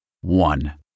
One